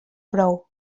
prou